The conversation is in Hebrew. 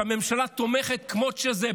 הוא שהממשלה תומכת כמות שזה,